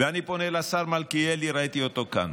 ואני פונה לשר מלכיאלי, ראיתי אותו כאן: